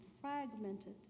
fragmented